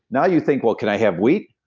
now, you think, well, can i have wheat?